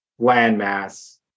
landmass